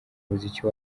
umuziki